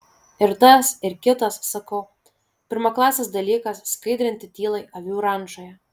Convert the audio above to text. ir tas ir kitas sakau pirmaklasis dalykas skaidrinti tylai avių rančoje